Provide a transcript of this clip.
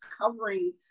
covering